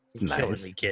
Nice